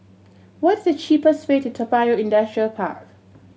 what's the cheapest way to Toa Payoh Industrial Park